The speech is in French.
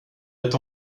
est